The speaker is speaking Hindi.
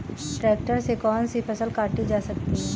ट्रैक्टर से कौन सी फसल काटी जा सकती हैं?